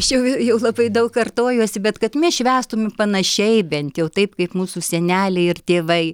aš jau jau labai daug kartojuosi bet kad mes švęstume panašiai bent jau taip kaip mūsų seneliai ir tėvai